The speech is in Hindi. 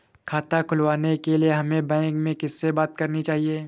खाता खुलवाने के लिए हमें बैंक में किससे बात करनी चाहिए?